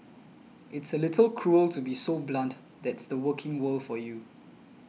it's a little cruel to be so blunt that's the working world for you